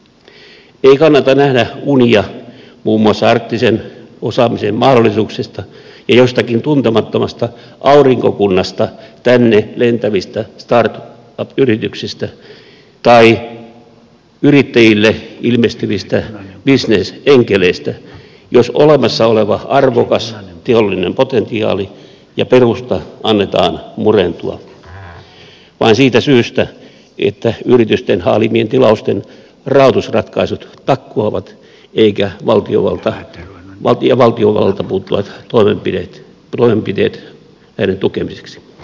ei kannata nähdä unia muun muassa arktisen osaamisen mahdollisuuksista ja jostakin tuntemattomasta aurinkokunnasta tänne lentävistä startup yrityksistä tai yrittäjille ilmestyvistä bisnesenkeleistä jos olemassa olevan arvokkaan teollisen potentiaalin ja perustan annetaan murentua vain siitä syystä että yritysten haalimien tilausten rahoitusratkaisut takkuavat ja valtiovallalta puuttuvat toimenpiteet näiden tukemiseksi